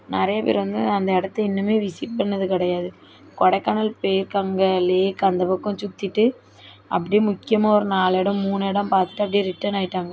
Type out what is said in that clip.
நிறைய பேர் வந்து அந்த இடத்த இன்னும் விசிட் பண்ணது கிடையாது கொடைக்கானல் போய்ருக்காங்க லேக் அந்த பக்கம் சுத்திட்டு அப்படியே முக்கியமாக ஒரு நாலு இடம் மூணு இடம் பார்த்துட்டு அப்படியே ரிட்டன் ஆகிட்டாங்க